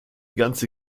ganze